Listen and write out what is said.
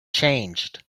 changed